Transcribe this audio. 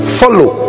follow